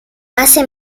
base